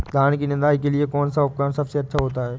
धान की निदाई के लिए कौन सा उपकरण सबसे अच्छा होता है?